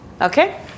Okay